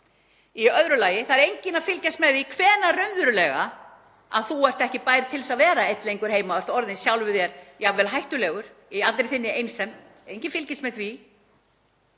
Í öðru lagi er enginn að fylgjast með því hvenær raunverulega þú ert ekki bær til að vera einn lengur heima og ert orðinn sjálfum þér jafnvel hættulegur í allri þinni einsemd. Enginn fylgist með því.